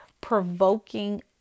provoking